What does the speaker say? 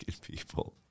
people